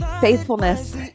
faithfulness